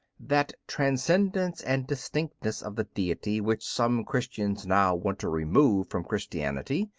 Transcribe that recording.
that transcendence and distinctness of the deity which some christians now want to remove from christianity,